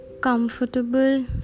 Comfortable